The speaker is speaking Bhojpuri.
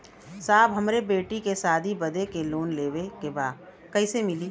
साहब हमरे बेटी के शादी बदे के लोन लेवे के बा कइसे मिलि?